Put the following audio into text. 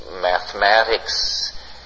mathematics